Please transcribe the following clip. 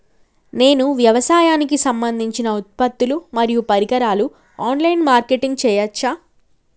నేను వ్యవసాయానికి సంబంధించిన ఉత్పత్తులు మరియు పరికరాలు ఆన్ లైన్ మార్కెటింగ్ చేయచ్చా?